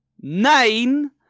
Nine